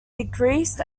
decreased